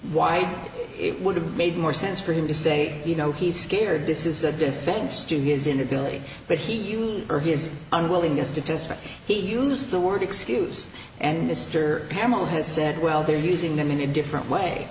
why it would have made more sense for him to say you know he's scared this is a defense to his inability but he or his unwillingness to testify he used the word excuse and mr hamel has said well they're using them in a different way